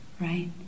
right